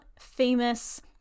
famous